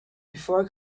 before